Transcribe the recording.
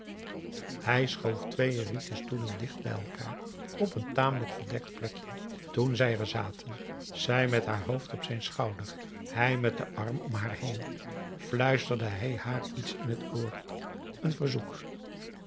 hij schoof twee rieten stoelen dicht bij elkaar op een tamelijk verdekt plekje toen zij er zaten zij met haar hoofd op zijn schouder hij met den arm om haar heen fluisterde hij haar iets in het oor een verzoek